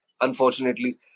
unfortunately